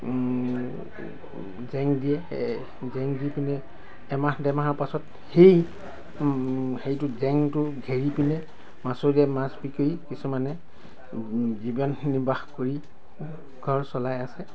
জেং দিয়ে জেং দিপেনে এমাহ ডেৰমাহৰ পাছত সেই সেইটোত জেংটো ঘেৰিপেনে মাছমৰীয়াই মাছ বিকি কিছুমানে জীৱন নিৰ্বাহ কৰি ঘৰ চলাই আছে